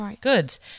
goods